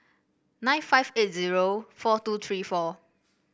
nine five eight zero four two three four